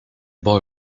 boy